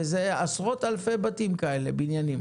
ויש עשרות אלפי בניינים כאלה.